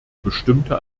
bestimmte